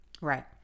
Right